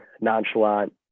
nonchalant –